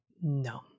No